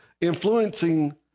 influencing